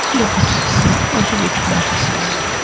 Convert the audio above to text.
look at us, what are we trying to say?